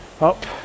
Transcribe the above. up